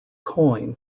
coin